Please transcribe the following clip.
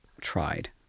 tried